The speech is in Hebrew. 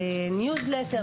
ניוזלטר,